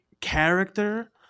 character